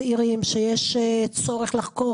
צעירים שיש צורך לחקור,